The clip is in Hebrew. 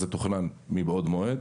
אלא זה תוכנן מבעוד מועד.